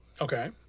Okay